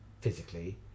physically